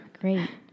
Great